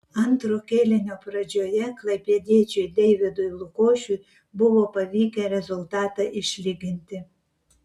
antro kėlinio pradžioje klaipėdiečiui deividui lukošiui buvo pavykę rezultatą išlyginti